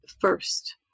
first